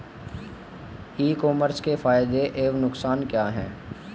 ई commerce के फायदे एवं नुकसान क्या हैं?